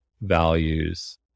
values